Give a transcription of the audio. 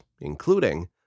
including